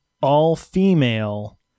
all-female